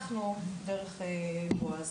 אנחנו דרך בעז,